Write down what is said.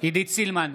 עידית סילמן,